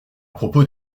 propos